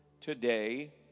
today